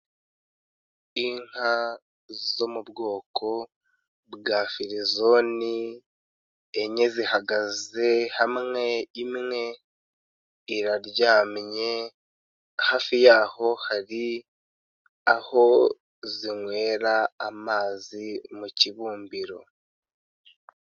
Inka, zo mu bwoko, bwa firizoni, enye zihagaze hamwe imwe, iraryamye, hafi yaho hari, aho zinywera amazi mu kibumbiro.